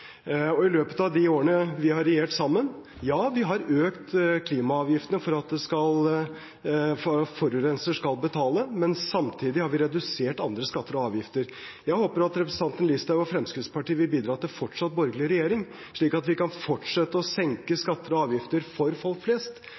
I løpet av de årene vi har regjert sammen, har vi økt klimaavgiftene for at forurenseren skal betale, men samtidig har vi redusert andre skatter og avgifter. Jeg håper at representanten Listhaug og Fremskrittspartiet vil bidra til fortsatt borgerlig regjering, slik at vi kan fortsette å senke skatter og avgifter for folk flest,